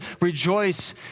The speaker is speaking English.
rejoice